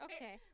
Okay